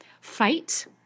Fight